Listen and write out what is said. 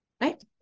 Right